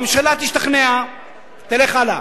הממשלה תשתכנע ותלך הלאה,